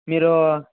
మీరు